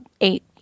eight